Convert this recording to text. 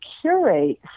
curate